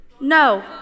No